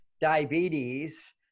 diabetes